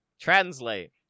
Translate